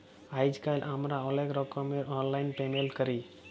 আইজকাল আমরা অলেক রকমের অললাইল পেমেল্ট ক্যরি